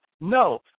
no